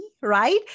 right